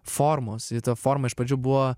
formos ir ta forma iš pradžių buvo